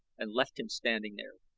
and left him standing there.